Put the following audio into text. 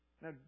Now